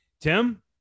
Tim